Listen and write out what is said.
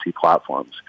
platforms